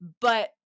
but-